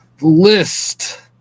list